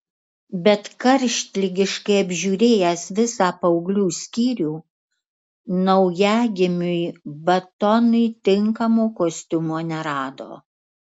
bet karštligiškai apžiūrėjęs visą paauglių skyrių naujagimiui batonui tinkamo kostiumo nerado